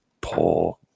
poor